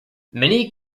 many